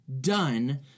done